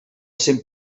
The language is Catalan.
cent